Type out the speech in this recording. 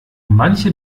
manche